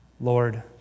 Lord